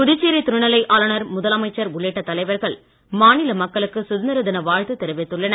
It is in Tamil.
புதுச்சேரி துணைநிலை ஆளுநர் முதலமைச்சர் உள்ளிட்ட தலைவர்கள் மாநில மக்களுக்கு சுதந்திர தின வாழ்த்து தெரிவித்துள்ளனர்